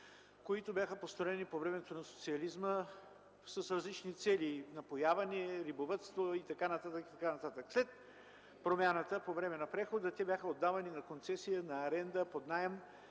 които бяха построени по времето на социализма с различни цели – напояване, рибовъдство и така нататък. След промяната по време на прехода те бяха отдавани на концесия, на аренда, под наем